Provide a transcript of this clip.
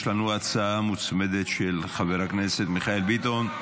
יש לנו הצעה מוצמדת של חבר הכנסת מיכאל ביטון.